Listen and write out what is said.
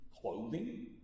clothing